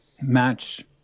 match